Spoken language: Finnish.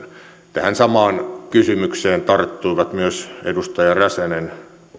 tähän samaan kysymykseen tarttuivat myös edustajat räsänen